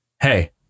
Hey